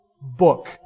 book